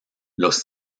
los